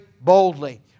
boldly